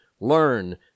learn